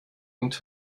und